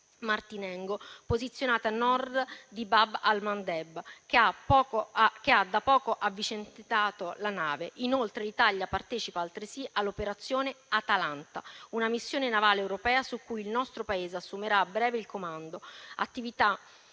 Martinengo, posizionata a Nord di Bab el-Mandeb, che ha da poco avvicendato nave Fasan; inoltre, l'Italia partecipa altresì all'operazione Atalanta, una missione navale europea di cui il nostro Paese assumerà a breve il comando, attiva